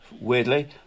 weirdly